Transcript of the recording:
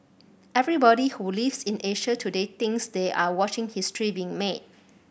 everybody who lives in Asia today thinks they are watching history being made